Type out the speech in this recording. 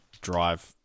drive